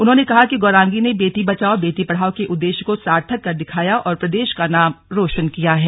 उन्होंने कहा कि गौरांगी ने बेटी बचाओ बेटी पढ़ाओ के उद्देश्य को सार्थक कर दिखाया है और प्रदेश का नाम रोशन किया है